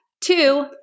Two